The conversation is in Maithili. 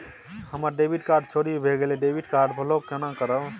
हमर डेबिट कार्ड चोरी भगेलै डेबिट कार्ड ब्लॉक केना करब?